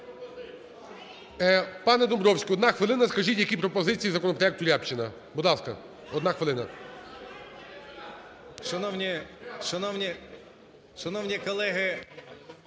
Пане Домбровський, одна хвилина, скажіть, які пропозиції в законопроектіРябчина. Будь ласка, одна хвилина. 13:42:03